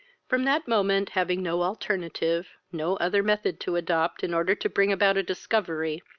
from that moment, having no alternative, no other method to adopt, in order to bring about a discovery,